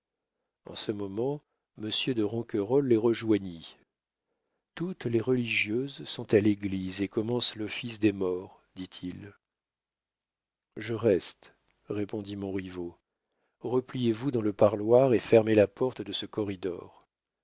en ce moment monsieur de ronquerolles les rejoignit toutes les religieuses sont à l'église et commencent l'office des morts dit-il je reste répondit montriveau repliez vous dans le parloir et fermez la porte de ce corridor